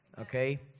Okay